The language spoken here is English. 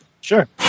sure